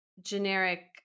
generic